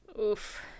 Oof